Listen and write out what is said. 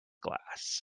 glass